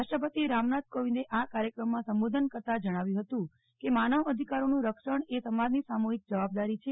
રાષ્ટ્રપતિ રામનાથ કોવિંદે આ કાર્યક્રમમાં સંબોધન કરતા જણાવ્યું હતું કે માનવ અધિકારોનું રક્ષણ એ સમાજની સામુહિક જવાબદારી છે